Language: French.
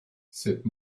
cette